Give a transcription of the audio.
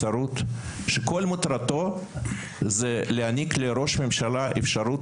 שכל מטרתו היא להעניק לראש ממשלה את האפשרות